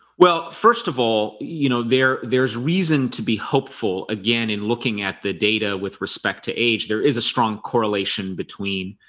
well, first of all, you know there there's reason to be hopeful again in looking at the data with respect to age there is a strong correlation between